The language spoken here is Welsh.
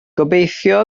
gobeithio